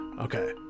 Okay